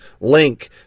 Link